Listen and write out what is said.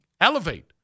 elevate